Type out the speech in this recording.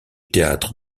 théâtre